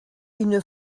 une